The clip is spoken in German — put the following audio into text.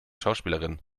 schauspielerin